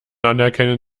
anerkennen